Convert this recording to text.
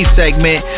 segment